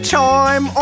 time